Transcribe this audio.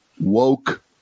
Woke